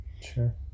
sure